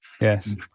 Yes